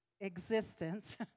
existence